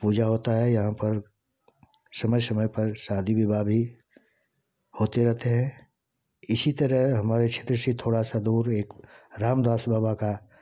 पूजा होता है यहाँ पर समय समय पर शादी विवाह भी होते रहते हें इसी तरह हमारे क्षेत्र से थोड़ा सा दूर एक रामदास बाबा का